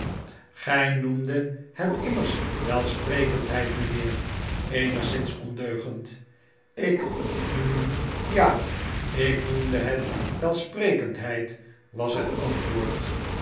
mededeeling det het immers welsprekendheid mynheer eenigszins ondeugend lk hm ja ik noemde het welsprekendheid was het antwoord